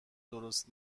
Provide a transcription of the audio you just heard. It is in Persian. درست